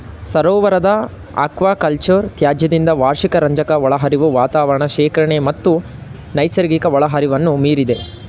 ಸರೋವರದ ಅಕ್ವಾಕಲ್ಚರ್ ತ್ಯಾಜ್ಯದಿಂದ ವಾರ್ಷಿಕ ರಂಜಕ ಒಳಹರಿವು ವಾತಾವರಣ ಶೇಖರಣೆ ಮತ್ತು ನೈಸರ್ಗಿಕ ಒಳಹರಿವನ್ನು ಮೀರಿದೆ